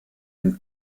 den